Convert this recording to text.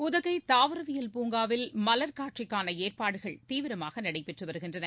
உதகை தாவரவியல் பூங்காவில் மலர்க்காட்சிக்கான ஏற்பாடுகள் தீவிரமாக நடைபெற்று வருகின்றன